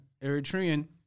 Eritrean